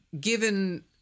given